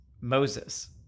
Moses